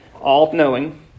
all-knowing